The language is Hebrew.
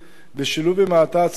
בשילוב עם ההאטה הצפויה,